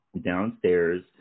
Downstairs